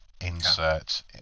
insert